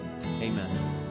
Amen